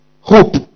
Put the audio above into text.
Hope